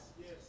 yes